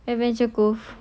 adventure cove